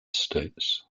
states